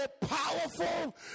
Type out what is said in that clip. powerful